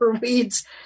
weeds